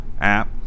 app